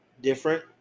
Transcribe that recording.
different